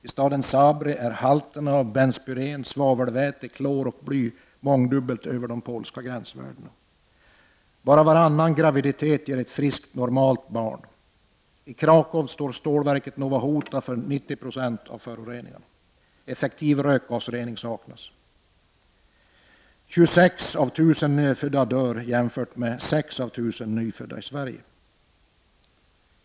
I staden Zabrze ligger halterna av benzpyren, svavelväte, klor och bly mångdubbelt över de polska gränsvärdena. Bara varannan graviditet ger ett friskt och normalt barn. I Kraköw står stålverket Nowa Huta för 90 96 av föroreningarna. Effektiv rökgasrening saknas. 26 av 1 000 nyfödda dör jämfört med 6 av 1 000 nyfödda i Sverige.